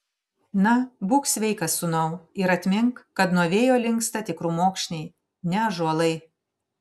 na būk sveikas sūnau ir atmink kad nuo vėjo linksta tik krūmokšniai ne ąžuolai